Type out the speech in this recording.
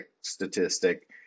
statistic